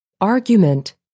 Argument